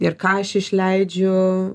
ir ką aš išleidžiu